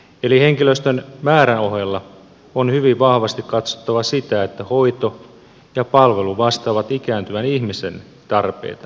eli henkilöstön määrän ohella on hyvin vahvasti katsottava sitä että hoito ja palvelu vastaavat ikääntyvän ihmisen tarpeita